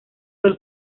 del